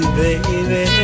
baby